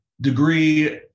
degree